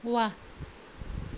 वाह